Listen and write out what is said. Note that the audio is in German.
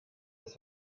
des